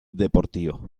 deportivo